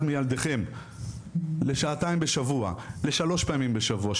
מילדכם לשעתיים בשבוע לשלוש פעמים בשבוע,